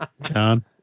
John